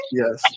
yes